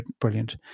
brilliant